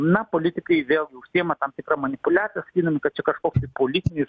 na politikai vėlgi užsiima tam tikra manipuliacija sakydami kad čia kažkoks tai politinis